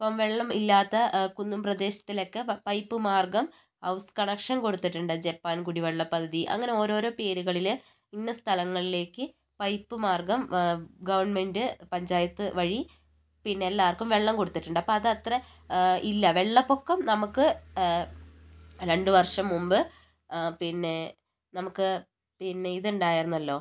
ഇപ്പം വെള്ളമില്ലാത്ത കുന്നും പ്രദേശത്തിൽ ഒക്കെ പൈപ്പ് മാർഗ്ഗം ഹൗസ് കണക്ഷൻ കൊടുത്തിട്ടുണ്ട് ജപ്പാൻ കുടിവെള്ള പദ്ധതി അങ്ങനെ ഓരോരോ പേരുകളിൽ ഇന്ന സ്ഥലങ്ങളിലേക്ക് പൈപ്പ് മാർഗ്ഗം ഗവൺമെന്റ് പഞ്ചായത്ത് വഴി പിന്നെ എല്ലാവർക്കും വെള്ളം കൊടുത്തിട്ടുണ്ട് അപ്പം അത് അത്ര ഇല്ല വെള്ളപ്പൊക്കം നമുക്ക് രണ്ട് വർഷം മുമ്പ് പിന്നെ നമുക്ക് പിന്നെ ഇതുണ്ടായിരുന്നല്ലോ